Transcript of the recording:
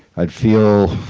i'd feel